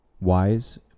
wise